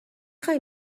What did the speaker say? خوای